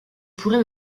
pourrai